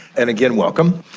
and again, welcome.